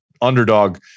underdog